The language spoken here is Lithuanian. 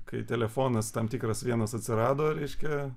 kai telefonas tam tikras vienas atsirado reiškia